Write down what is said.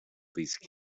these